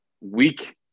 weak